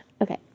Okay